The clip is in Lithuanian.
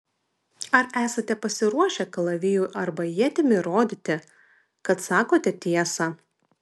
ar esate pasiruošę kalaviju arba ietimi įrodyti kad sakote tiesą